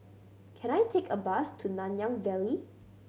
can I take a bus to Nanyang Valley